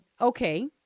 okay